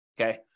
Okay